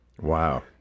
Wow